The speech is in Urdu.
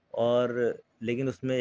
ہمارے آس پاس میں